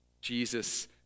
Jesus